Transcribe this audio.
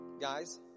guys